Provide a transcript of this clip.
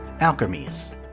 Alchemies